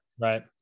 Right